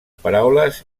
paraules